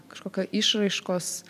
kažkokio išraiškos